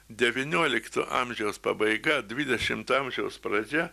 devyniolikto amžiaus pabaiga dvidešimto amžiaus pradžia